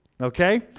Okay